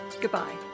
goodbye